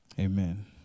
Amen